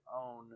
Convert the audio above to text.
own